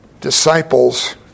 disciples